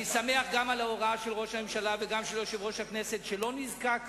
אני גם שמח על ההוראה של ראש הממשלה ושל יושב-ראש הכנסת ולא נזקקנו